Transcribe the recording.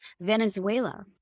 Venezuela